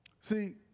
See